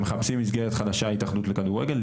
הם מחפשים מסגרת חדשה התאחדות לכדורגל,